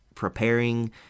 preparing